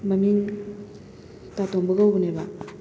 ꯃꯃꯤꯡ ꯇꯥ ꯇꯣꯝꯕ ꯀꯧꯕꯅꯦꯕ